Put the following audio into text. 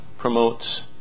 promotes